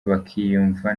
bakiyunga